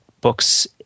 books